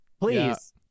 please